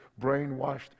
brainwashed